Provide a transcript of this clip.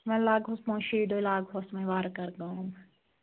وۄنۍ لاگہوس پانٛژھِ شیہِ دۄہہِ لاگہوس وۄنۍ وارٕ کارٕ کٲم